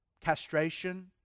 castration